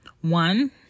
One